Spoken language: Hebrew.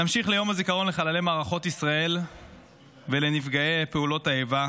נמשיך ליום הזיכרון לחללי מערכות ישראל ולנפגעי פעולות האיבה,